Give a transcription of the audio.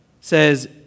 says